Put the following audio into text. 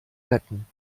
retten